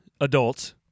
adults